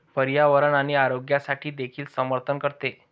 पर्यावरण आणि आरोग्यासाठी देखील समर्थन करते